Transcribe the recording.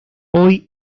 hoy